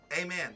Amen